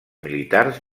militars